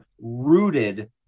rooted